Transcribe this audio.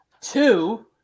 two